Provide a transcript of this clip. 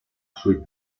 suiza